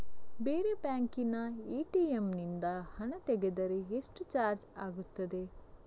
ಬೇರೆ ಬ್ಯಾಂಕಿನ ಎ.ಟಿ.ಎಂ ನಿಂದ ಹಣ ತೆಗೆದರೆ ಎಷ್ಟು ಚಾರ್ಜ್ ಆಗುತ್ತದೆ?